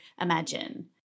imagine